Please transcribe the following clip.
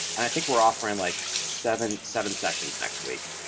and i think we're offering like seven seven sessions next week.